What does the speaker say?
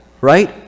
Right